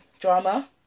drama